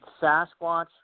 Sasquatch